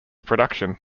production